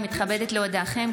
אני מתכבדת להודיעכם,